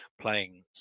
playing